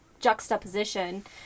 juxtaposition